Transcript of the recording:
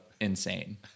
insane